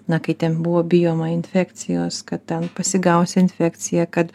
na kai ten buvo bijoma infekcijos kad ten pasigausi infekciją kad